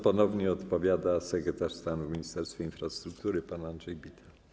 Ponownie odpowiada sekretarz stanu w Ministerstwie Infrastruktury pan Andrzej Bittel.